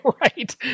Right